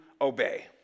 obey